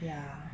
ya